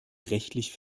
rechtlich